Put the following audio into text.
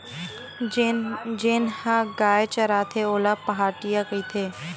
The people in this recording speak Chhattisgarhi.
जेन ह गाय चराथे ओला पहाटिया कहिथे